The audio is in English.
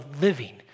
living